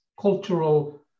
cultural